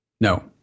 No